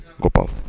Gopal